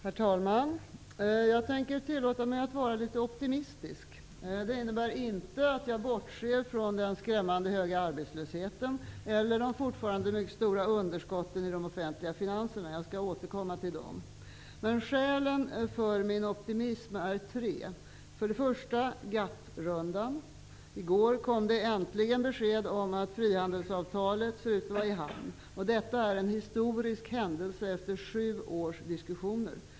Herr talman! Jag tänker tillåta mig att vara litet optimistisk. Det innebär inte att jag bortser från den skrämmande höga arbetslösheten eller de fortfarande mycket stora underskotten i de offentliga finanserna. Jag skall återkomma till dem. Skälen för min optimism är tre. Det gäller för det första GATT-rundan. I går kom det äntligen besked om att frihandelsavtalet ser ut att vara i hamn. Detta är en historisk händelse efter sju års diskussioner.